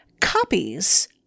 copies